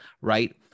right